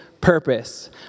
purpose